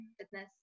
fitness